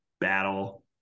battle